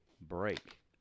break